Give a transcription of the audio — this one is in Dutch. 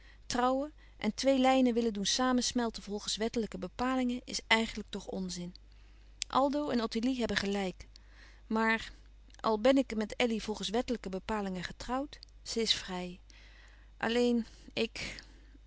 trouwen en twee lijnen willen doen samensmelten volgens wettelijke bepalingen is eigenlijk toch onzin aldo en ottilie hebben gelijk maar al ben ik met elly volgens wettelijke bepalingen getrouwd ze is vrij alleen ik